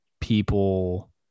people